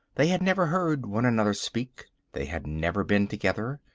they had never heard one another speak. they had never been together.